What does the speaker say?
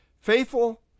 Faithful